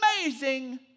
amazing